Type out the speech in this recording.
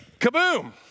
kaboom